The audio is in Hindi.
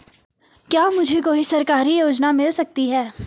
क्या मुझे कोई सरकारी योजना मिल सकती है?